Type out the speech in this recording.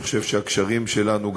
אני חושב שהקשרים שלנו,